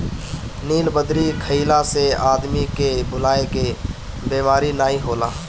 नीलबदरी खइला से आदमी के भुलाए के बेमारी नाइ होला